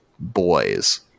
boys